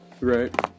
right